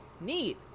neat